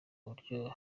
buryo